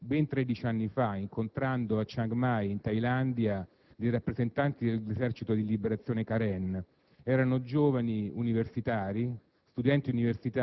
Ho conosciuto personalmente il dramma birmano ben dieci anni fa, incontrando a Chiang Mai in Thailandia i rappresentanti dell'esercito di liberazione Karen.